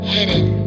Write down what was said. Hidden